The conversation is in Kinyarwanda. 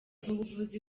buvuzi